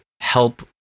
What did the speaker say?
help